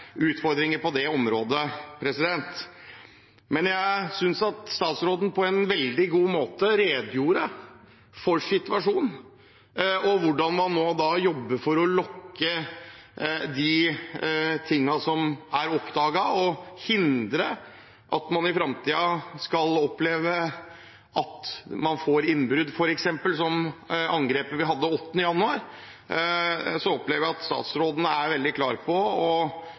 utfordringer på det området. Jeg synes statsråden på en veldig god måte redegjorde for situasjonen og hvordan man nå jobber for å lukke det som er oppdaget, og hindre at man i framtiden skal oppleve at man f.eks. får innbrudd, som angrepet vi hadde den 8. januar. Jeg opplever at statsråden er veldig klar og har sendt klare og